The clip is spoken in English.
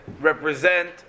represent